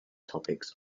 topics